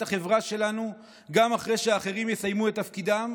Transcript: החברה שלנו גם אחרי שאחרים יסיימו את תפקידם,